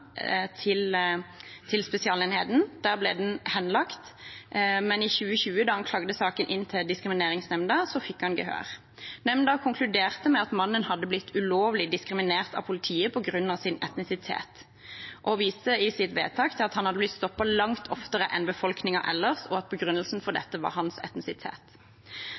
til Spesialenheten. Der ble den henlagt, men i 2020, da han klagde saken inn til Diskrimineringsnemnda, fikk han gehør. Nemnda konkluderte med at mannen hadde blitt ulovlig diskriminert av politiet på grunn av sin etnisitet og viste i sitt vedtak til at han hadde blitt stoppet langt oftere enn befolkningen ellers, og at begrunnelsen for dette var hans etnisitet.